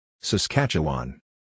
Saskatchewan